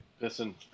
Listen